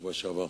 בשבוע שעבר,